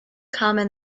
common